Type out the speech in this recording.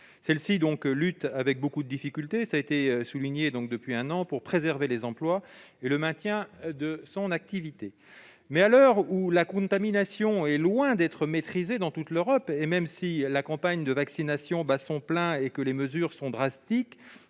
Celle-ci lutte avec beaucoup de difficulté depuis un an pour préserver les emplois et maintenir son activité. Mais à l'heure où la contamination est loin d'être maîtrisée dans toute l'Europe, et même si la campagne de vaccination bat son plein et que les mesures sont drastiques,